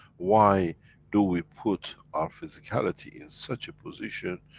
why do we put our physicality in such a position,